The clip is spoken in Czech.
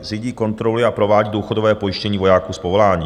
Řídí, kontroluje a provádí důchodové pojištění vojáků z povolání.